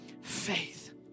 faith